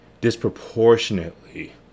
disproportionately